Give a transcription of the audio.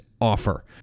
offer